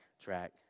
track